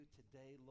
today